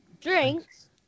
drinks